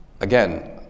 again